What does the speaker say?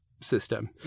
system